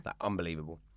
Unbelievable